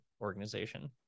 organization